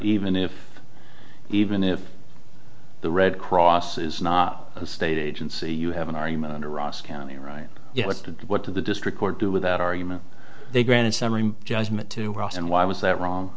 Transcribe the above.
even if even if the red cross is not a state agency you have an argument on eros county right to what to the district court do without argument they granted summary judgment to house and why was that wrong